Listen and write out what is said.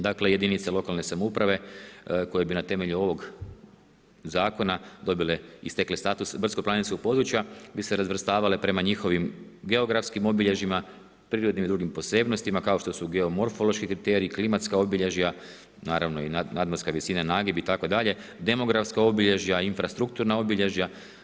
Dakle, jedinice lokalne samouprave koje bi na temelju ovog zakona dobile i stekle status brdsko-planinskog područja bi se razvrstavale prema njihovim geografskim obilježjima, prirodnim i drugim posebnostima kao što su geomorfološki kriteriji, klimatska obilježja, naravno i nadmorska visina, nagib itd., demografska obilježja, infrastrukturna obilježja.